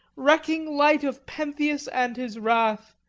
recking light of pentheus and his wrath.